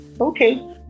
okay